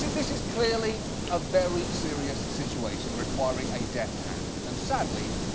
this is clearly a very serious situation, requiring a deft hand. and, sadly,